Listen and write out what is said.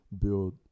build